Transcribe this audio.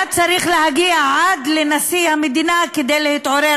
היה צריך להגיע עד לנשיא המדינה כדי להתעורר.